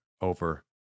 over